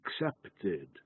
accepted